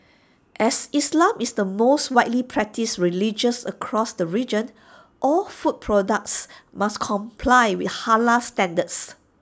as islam is the most widely practised religions across the region all food products must comply with Halal standards